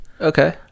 Okay